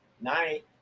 night